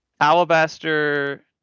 Alabaster